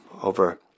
over